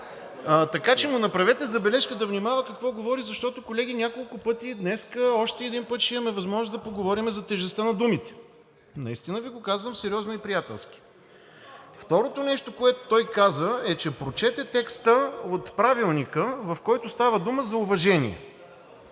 Така че му направете забележка да внимава какво говори, защото, колеги, няколко пъти днес, още един път ще имаме възможност да поговорим за тежестта на думите. Наистина Ви го казвам, сериозно и приятелски! Второ нещо, което той каза е, че прочете текста от Правилника, в който става дума за уважение.